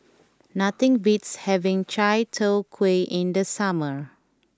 nothing beats having Chai Tow Kuay in the summer